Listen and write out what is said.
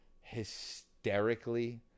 hysterically